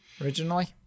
originally